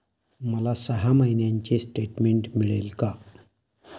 मला सहा महिन्यांचे स्टेटमेंट मिळेल का?